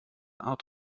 art